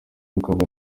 ukaba